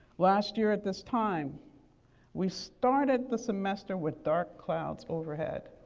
last year at this time we started the semester with dark clouds overhead.